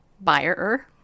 buyer